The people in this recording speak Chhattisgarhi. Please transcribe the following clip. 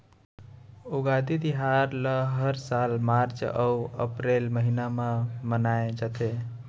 उगादी तिहार ल हर साल मार्च अउ अपरेल महिना म मनाए जाथे